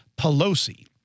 pelosi